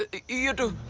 ah you too.